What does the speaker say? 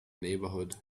neighborhood